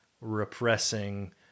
repressing